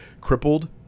crippled